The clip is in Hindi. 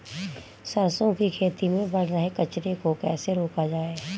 सरसों की खेती में बढ़ रहे कचरे को कैसे रोका जाए?